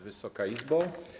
Wysoka Izbo!